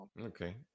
Okay